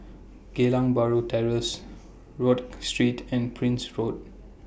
Geylang Bahru Terrace Rodyk Street and Prince Road